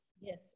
Yes